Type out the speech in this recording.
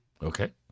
Okay